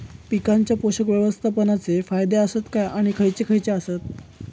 पीकांच्या पोषक व्यवस्थापन चे फायदे आसत काय आणि खैयचे खैयचे आसत?